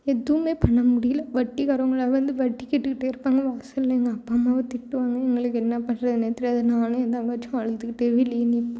எதுவுமே பண்ண முடியல வட்டிக்காரங்கள்லாம் வந்து வட்டி கேட்டுகிட்டே இருப்பாங்க வாசலில் எங்கள் அப்பா அம்மாவை திட்டுவாங்க எங்களுக்கு என்ன பண்ணுறதுனே தெரியாது நானும் என் தங்கச்சியும் அழுதுகிட்டே வீட்லேயே நிற்போம்